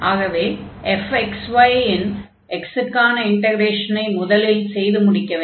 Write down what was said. ஆகவே fxy இன் x க்கான இன்டக்ரேஷனை முதலில் செய்து முடிக்க வேண்டும்